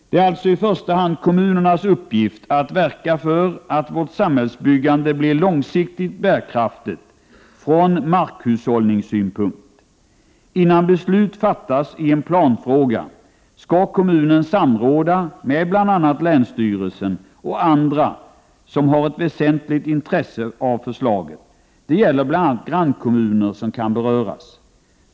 Det är alltså i första hand kommunernas uppgift att verka för att vårt samhällsbyggande blir långsiktigt bärkraftigt från markhushållningssynpunkt. Innan beslut fattas i en planfråga skall kommunen samråda med länsstyrelsen och andra som har ett väsentligt intresse av förslaget. Det gäller bl.a. grannkommuner som kan beröras.